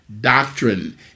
doctrine